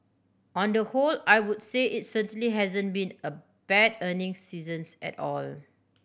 on the whole I would say it certainly hasn't been a bad earning seasons at all